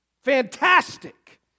Fantastic